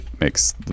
makes